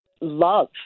love